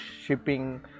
shipping